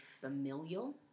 familial